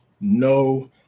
no